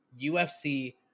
UFC